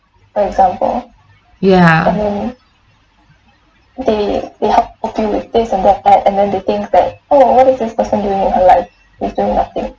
ya